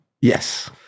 Yes